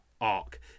arc